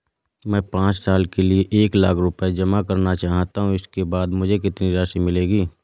मैं पाँच साल के लिए एक लाख रूपए जमा करना चाहता हूँ इसके बाद मुझे कितनी राशि मिलेगी?